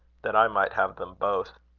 that i might have them both.